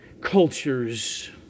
cultures